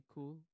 Cool